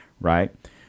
right